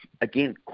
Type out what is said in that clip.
again